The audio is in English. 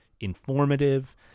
informative